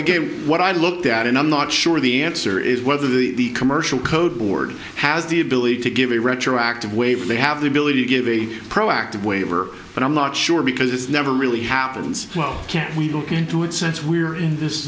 again what i looked at and i'm not sure the answer is whether the commercial code board has the ability to give a retroactive wave they have the ability to give a proactive waiver but i'm not sure because it's never really happens well can we look into it since we are in this